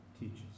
teaches